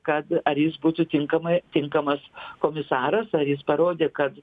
kad ar jis būtų tinkamai tinkamas komisaras ar jis parodė kad